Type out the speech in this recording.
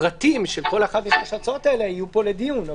הפרטים שלהן יבואו פה לדיון.